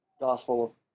Gospel